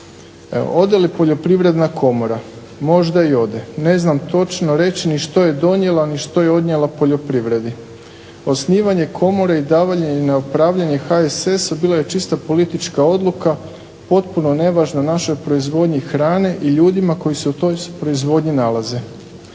ode li Poljoprivredna komora? Možda i ode. Ne znam točno ni reći ni što je donijela ni što je odnijela poljoprivredi. Osnivanje komore i davanje na upravljanje HSS bilo je čista politička odluka potpuno nevažna našoj proizvodnji hrane i ljudima koji se u toj proizvodnji nalaze.